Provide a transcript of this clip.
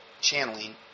channeling